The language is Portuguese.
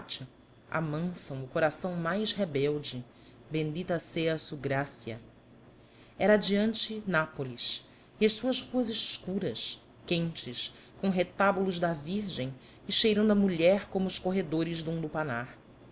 escarlate amansam o coração mais rebelde bendita sea su gracia era adiante nápoles e as suas ruas escuras quentes com retábulos da virgem e cheirando a mulher como os corredores de